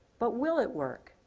but will it work,